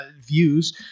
views